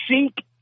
seek